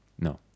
No